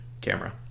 camera